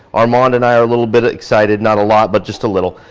armand and i are a little bit excited, not a lot but just a little,